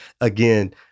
again